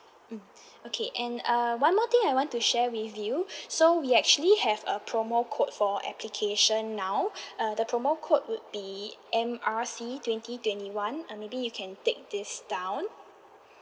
mm okay and uh one more thing I want to share with you so we actually have a promo code for application now uh the promo code would be M R C twenty twenty one uh maybe you can take this down